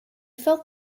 felt